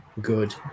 good